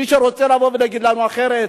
מי שרוצה לבוא ולהגיד לנו אחרת,